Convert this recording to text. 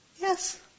Yes